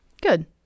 Good